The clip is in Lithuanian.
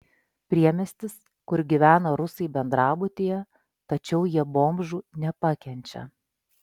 priemiestis kur gyvena rusai bendrabutyje tačiau jie bomžų nepakenčia